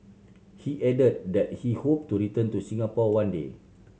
he added that he hoped to return to Singapore one day